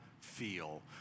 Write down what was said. feel